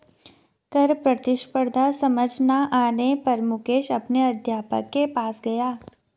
कर प्रतिस्पर्धा समझ ना आने पर मुकेश अपने अध्यापक के पास गया